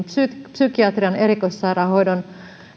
psykiatrian erikoissairaanhoidon